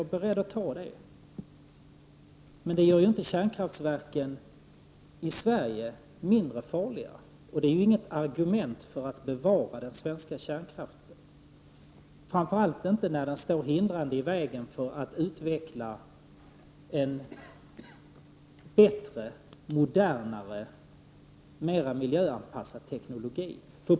Jag är beredd att ta det. Men det gör ju inte kärnkraftverken i Sverige mindre farliga, och det är inget argument för att man skall bevara den svenska kärnkraften, framför allt inte när den står hindrande i vägen för att utveckla en bättre, modernare och mer miljöanpassad teknologi.